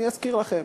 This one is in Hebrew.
אני אזכיר לכם.